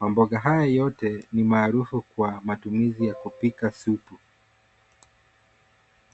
Mamboga haya yote ni maarufu kwa matumizi ya kupika supu.